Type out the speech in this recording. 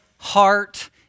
Heart